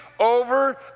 Over